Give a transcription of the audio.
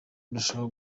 ndushaho